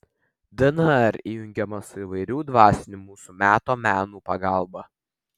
dnr įjungiama su įvairių dvasinių mūsų meto menų pagalba